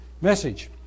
message